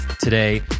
today